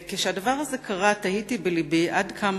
כשהדבר המוזר הזה קרה תהיתי בלבי עד כמה